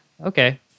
Okay